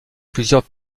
plusieurs